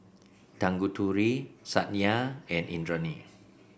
Tanguturi Satya and Indranee